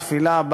התפילה,